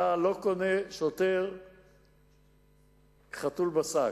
אתה לא קונה שוטר חתול בשק.